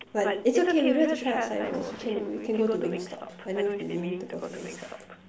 but it's okay we don't have to try acai-bowls we can we can go to wing stop I know you've been meaning to go to wing stop